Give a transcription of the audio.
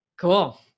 Cool